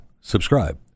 subscribe